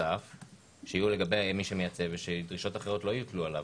שיהיו לגבי מי שמייצא ושדרישות אחרות לא יוטלו עליו.